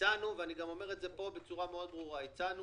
באמצעות רשות המיסים בישראל,